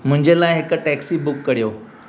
मुंहिंजे लाइ हिकु टैक्सी बुक करियो